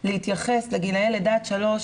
להתייחס לגילאי לידה עד שלוש.